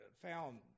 Found